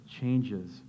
changes